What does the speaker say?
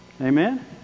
Amen